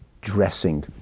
dressing